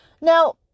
Now